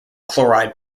chloride